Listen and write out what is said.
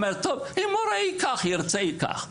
היא אומרת: "אם הוא ירצה הוא ייקח".